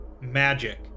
magic